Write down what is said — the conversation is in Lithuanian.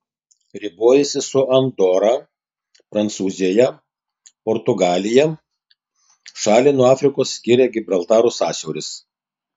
ribojasi su andora prancūzija portugalija šalį nuo afrikos skiria gibraltaro sąsiauris